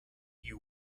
you